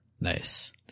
Nice